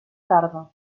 tarda